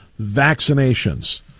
vaccinations